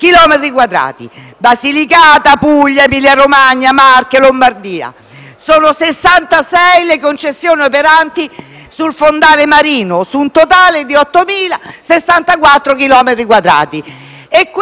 chilometri quadrati, tra cui: Basilicata, Puglia, Emilia-Romagna, Marche e Lombardia. Sono 66 le concessioni operanti sul fondale marino, su un totale di 8.064 chilometri quadrati.